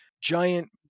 giant